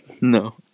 No